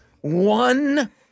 one